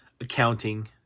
accounting